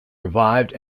revived